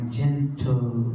gentle